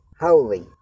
holy